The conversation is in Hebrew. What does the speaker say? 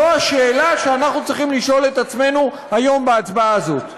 זו השאלה שאנחנו צריכים לשאול את עצמנו היום בהצבעה הזאת.